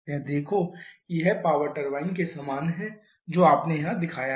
यह देखो कि यह पावर टरबाइन के समान है जो आपने यहां दिखाया है